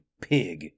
pig